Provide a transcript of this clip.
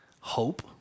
hope